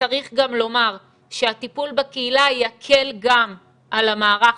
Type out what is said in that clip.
וצריך גם לומר שהטיפול בקהילה יקל גם על המערך